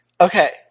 Okay